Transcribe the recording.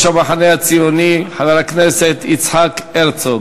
המחנה הציוני חבר הכנסת יצחק הרצוג.